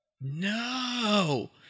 No